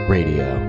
Radio